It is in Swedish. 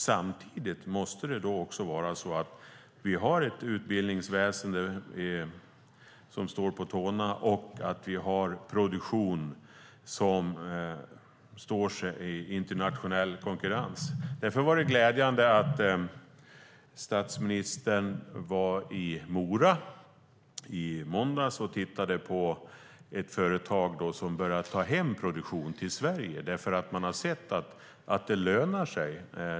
Samtidigt måste vi ha ett utbildningsväsen som står på tårna och en produktion som står sig i en internationell konkurrens. Därför var det glädjande att statsministern var i Mora i måndags och tittade på ett företag som börjar ta hem produktion till Sverige därför att det lönar sig.